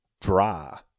dry